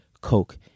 coke